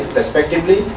respectively